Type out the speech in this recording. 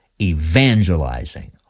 evangelizing